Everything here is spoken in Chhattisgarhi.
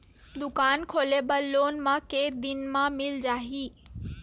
दुकान खोले बर लोन मा के दिन मा मिल जाही?